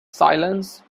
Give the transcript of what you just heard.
silence